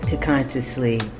consciously